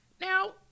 now